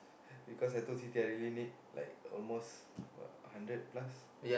because I told Siti I really need like almost what hundred plus